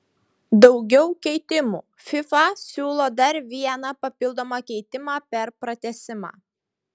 daugiau keitimų fifa siūlo dar vieną papildomą keitimą per pratęsimą